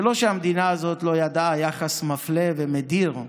זה לא שהמדינה הזאת לא ידעה יחס מפלה ומדיר,